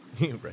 Right